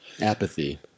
apathy